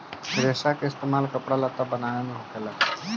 रेसा के इस्तेमाल कपड़ा लत्ता बनाये मे होखेला